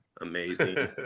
Amazing